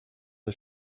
des